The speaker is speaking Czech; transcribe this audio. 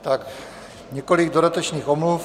Tak několik dodatečných omluv.